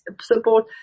support